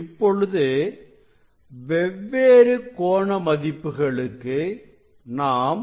இப்பொழுது வெவ்வேறு கோண மதிப்புகளுக்கு நாம்